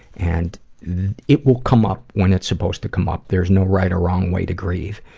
and it will come up when it's supposed to come up, there's no right or wrong way to grieve,